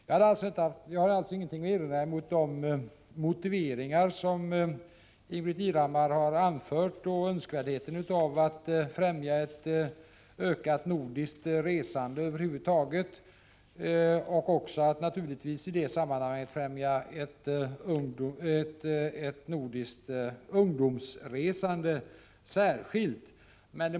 Jag har ingenting att invända mot de motiveringar som Ingbritt Irhammar anfört och uppfattningen om önskvärdheten att främja ett ökat nordiskt resande över huvud taget och i det sammanhanget naturligtvis också främja särskilt det nordiska ungdomsresandet.